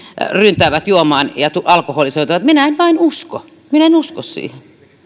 ryntäävät juomaan ja alkoholisoituvat minä en vain usko minä en usko siihen